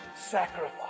sacrifice